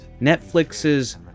Netflix's